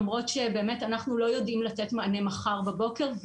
למרות שאנחנו לא יודעים לתת מענה מחר בבוקר,